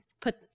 put